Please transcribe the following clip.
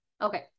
Okay